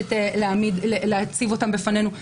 שמבקשת להציבם בפנינו,